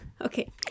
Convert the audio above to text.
Okay